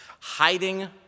hiding